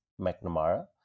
mcnamara